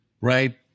right